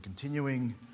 Continuing